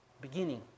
beginning